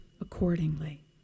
accordingly